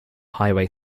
highway